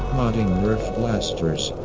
modding nerf blasters.